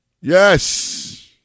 Yes